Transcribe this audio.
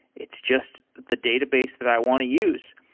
it's just the database that i want to use.